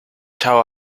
chao